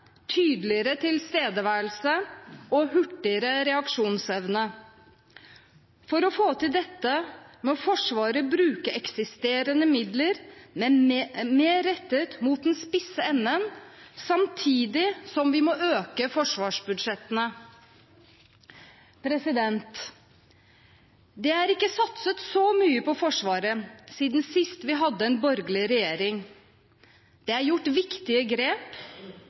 tydeligere tilstedeværelse og hurtigere reaksjonsevne. For å få til dette må Forsvaret bruke eksisterende midler mer rettet mot den spisse enden, samtidig som vi må øke forsvarsbudsjettene. Det er ikke satset så mye på Forsvaret siden sist vi hadde en borgerlig regjering. Det er gjort viktige grep: